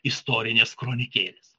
istorinės kronikėlės